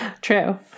true